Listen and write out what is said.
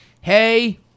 hey